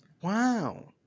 Wow